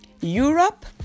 Europe